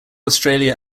australia